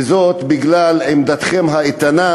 וזאת בגלל עמידתכם האיתנה,